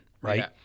right